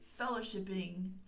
fellowshipping